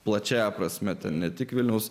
plačiąja prasme tai ne tik vilniaus